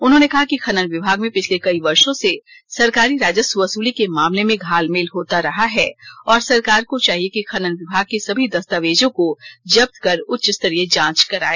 उन्होंने कहा कि खनन विभाग में पिछले कई वर्षों से सरकारी राजस्व वसूली के मामले में घालमेल होता रहा है और सरकार को चाहिए कि खनन विभाग के सभी दस्तावेजों को जब्त कर उच्च स्तरीय जांच कराए